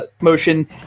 motion